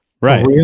Right